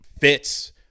fits